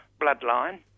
bloodline